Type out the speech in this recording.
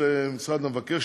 מחוץ למשרד המבקר,